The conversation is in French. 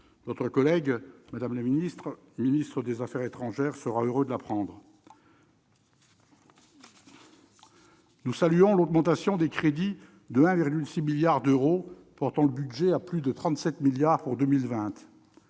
Votre collègue ministre des affaires étrangères sera heureux de l'apprendre. Nous saluons l'augmentation des crédits de 1,6 milliard d'euros, portant le budget à plus de 37 milliards d'euros pour 2020.